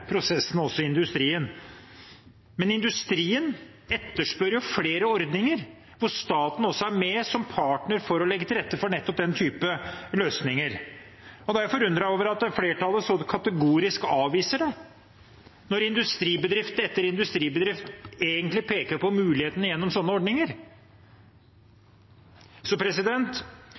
også i industrien, men industrien etterspør flere ordninger der staten også er med som partner for å legge til rette for nettopp den type løsninger. Da er jeg forundret over at flertallet så kategorisk avviser det, når industribedrift etter industribedrift egentlig peker på mulighetene gjennom sånne ordninger.